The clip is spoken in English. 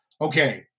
okay